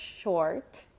short